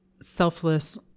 selfless